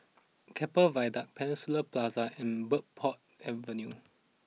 Keppel Viaduct Peninsula Plaza and Bridport Avenue